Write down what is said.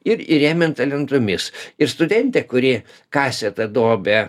ir įrėminta lentomis ir studentė kuri kasė tą duobę